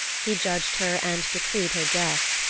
he judged her and decreed her death.